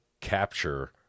capture